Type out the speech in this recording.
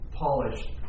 Polished